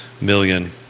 million